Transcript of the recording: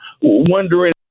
wondering